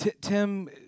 Tim